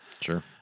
Sure